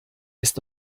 ist